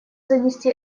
занести